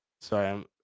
Sorry